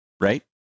right